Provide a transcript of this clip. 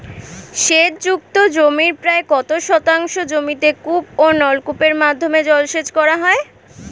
সেচ যুক্ত জমির প্রায় কত শতাংশ জমিতে কূপ ও নলকূপের মাধ্যমে জলসেচ করা হয়?